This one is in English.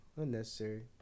unnecessary